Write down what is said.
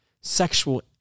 Sexual